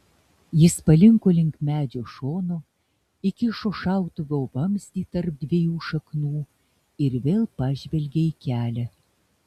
jis palinko link medžio šono įkišo šautuvo vamzdį tarp dviejų šaknų ir vėl pažvelgė į kelią